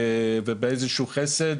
באיזה שהוא חסד,